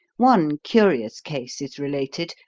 one curious case is related,